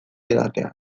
edatean